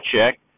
check